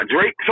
Drake